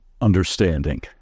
understanding